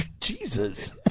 Jesus